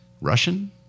Russian